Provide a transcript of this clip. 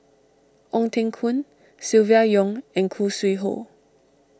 Ong Teng Koon Silvia Yong and Khoo Sui Hoe